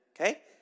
Okay